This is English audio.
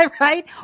right